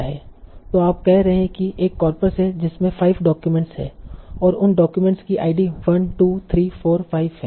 तो आप कह रहे हैं कि एक कॉर्पस है जिसमें 5 डॉक्यूमेंट हैं और उन डॉक्यूमेंट की आईडी 1 2 3 4 5 है